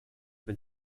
been